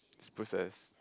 processed